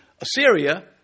Assyria